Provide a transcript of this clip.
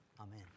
Amen